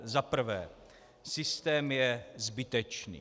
Za prvé, systém je zbytečný.